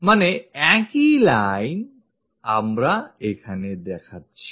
মানে একই line আমরা এখানে দেখাচ্ছি